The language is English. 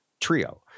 trio